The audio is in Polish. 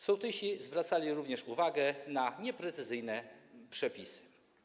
Sołtysi zwracali również uwagę na nieprecyzyjne przepisy.